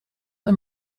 een